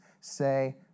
say